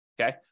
Okay